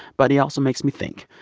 but he also makes me think.